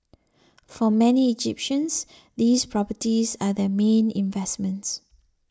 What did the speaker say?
for many Egyptians these properties are their main investments